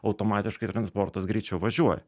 automatiškai transportas greičiau važiuoja